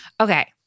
Okay